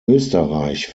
österreich